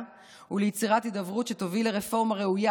וליצירת הידברות שתוביל לרפורמה ראויה,